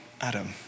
Adam